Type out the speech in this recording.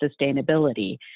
sustainability